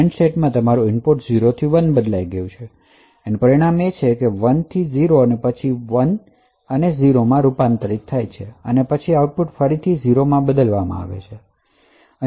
હવે હેન્ડસેટમાં તમારું ઇનપુટ 0 થી 1 બદલાઈ ગયું છે અને તેનું પરિણામ એ છે કે 1 અહીં 0 પછી 1 અને 0 માં રૂપાંતરિત થાય છે અને પછી આઉટપુટ ફરીથી 0 માં બદલાય છે